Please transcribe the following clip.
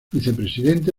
vicepresidente